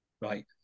right